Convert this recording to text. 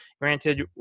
Granted